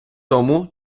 тому